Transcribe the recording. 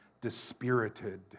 dispirited